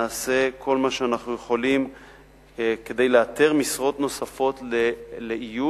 אנחנו נעשה כל מה שאנחנו יכולים כדי לאתר משרות נוספות לאיוש